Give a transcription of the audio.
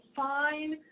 fine